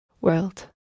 world